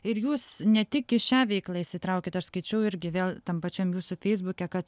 ir jūs ne tik į šią veiklą įsitraukėt aš skaičiau irgi vėl tam pačiam jūsų feisbuke kad